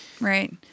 right